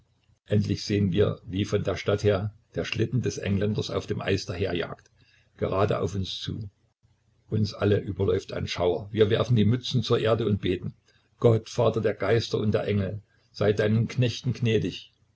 endlich sehen wir wie von der stadt her der schlitten des engländers auf dem eise daherjagt gerade auf uns zu uns alle überläuft ein schauer wir werfen die mützen zur erde und beten gott vater der geister und der engel sei deinen knechten gnädig